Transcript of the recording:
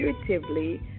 intuitively